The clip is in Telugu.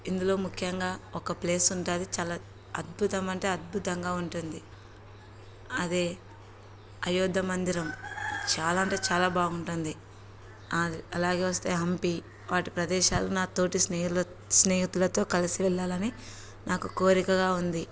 ఇందులో ముఖ్యంగా ఒక ప్లేస్ ఉంటుంది చాలా అద్భుతం అంటే అద్భుతంగా ఉంటుంది అదే అయోధ్య మందిరం చాలా అంటే చాలా బాగుంటుంది అలాగ వస్తే హంపి వాటి ప్రదేశాలు నాతోటి స్నేహిల స్నేహితులతో కలిసి వెళ్ళాలని నాకు కోరికగా ఉంది